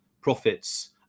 profits